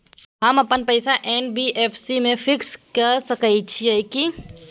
हम अपन पैसा एन.बी.एफ.सी म फिक्स के सके छियै की?